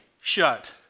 shut